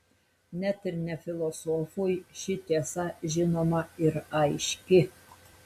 net ir ne filosofui ši tiesa žinoma ir aiški